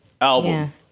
album